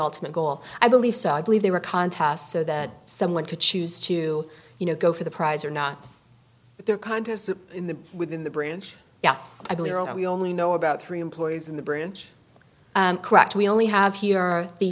ultimate goal i believe so i believe they were contest so that someone could choose to you know go for the prize or not but they're kind of in the within the branch yes i believe we only know about three employees in the bridge cracked we only have here